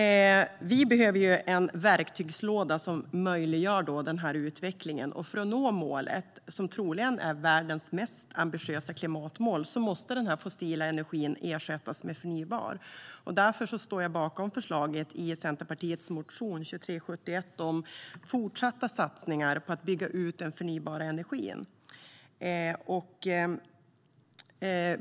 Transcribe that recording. Vi behöver en verktygslåda som möjliggör den här utvecklingen. För att nå målet, som troligen är världens mest ambitiösa klimatmål måste den här fossila energin ersättas med förnybar energi. Jag står därför bakom förslaget i Centerpartiets motion 2371 om fortsatta satsningar på att bygga ut den förnybara energin.